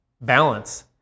balance